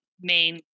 main